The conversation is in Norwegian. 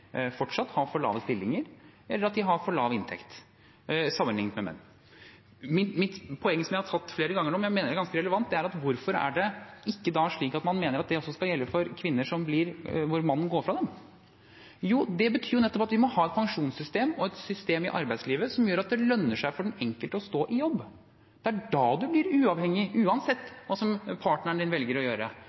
fortsatt har for lave stillinger eller at de har for lav inntekt sammenlignet med menn. Mitt poeng, som jeg har tatt flere ganger nå, som jeg mener er ganske relevant, er: Hvorfor er det da ikke slik at man mener at det også skal gjelde for kvinner når mannen går fra dem? Det betyr at vi må ha et pensjonssystem og et system i arbeidslivet som gjør at det lønner seg for den enkelte å stå i jobb. Det er da du blir uavhengig uansett hva partneren din velger å gjøre.